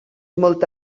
molt